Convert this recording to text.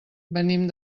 venim